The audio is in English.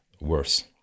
worse